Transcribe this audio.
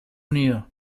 unido